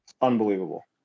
Unbelievable